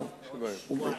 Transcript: בעוד שבועיים.